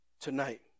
tonight